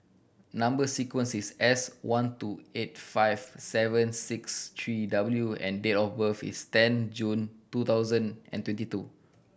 number sequence is S one two eight five seven six three W and date of birth is ten June two thousand and twenty two